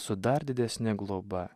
su dar didesne globa